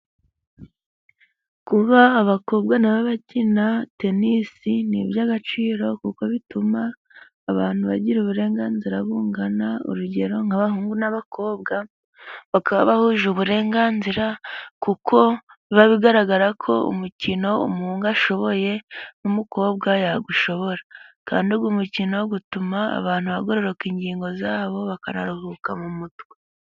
Kuba abakobwa nabo bakina tenisi ni iby'agaciro kuko bituma abantu bagira uburenganzira bungana. Urugero nk'abahungu n'abakobwa baka bahuje uburenganzira kuko biba bigaragara ko umukino umuhungu ashoboye n'umukobwa yawushobora kandi uwo umukino utuma abantu bagororoka ingingo zabo bakanaruhuka mu mutwe.